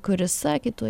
kuri sakė tuoj